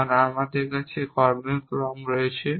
কারণ এখন আমার কাছে কর্মের ক্রম রয়েছে